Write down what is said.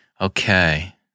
Okay